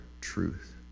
truth